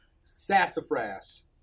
Sassafras